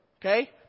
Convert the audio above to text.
Okay